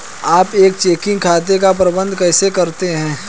आप एक चेकिंग खाते का प्रबंधन कैसे करते हैं?